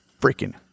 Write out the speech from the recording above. freaking